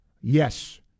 Yes